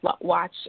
watch